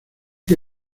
que